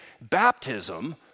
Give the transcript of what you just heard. baptism